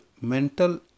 mental